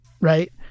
right